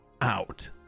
out